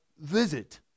visit